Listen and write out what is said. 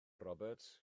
roberts